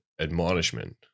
admonishment